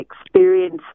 experience